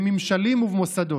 בממשלים ובמוסדות".